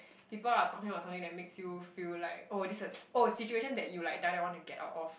people are talking about something that makes you feel like oh this oh situations that you like die die want to get out of